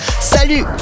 Salut